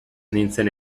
nintzen